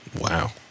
Wow